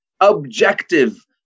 objective